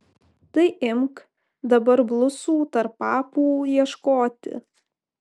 tai imk dabar blusų tarp papų ieškoti